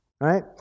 right